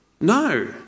no